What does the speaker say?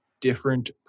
different